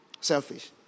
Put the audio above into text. Selfish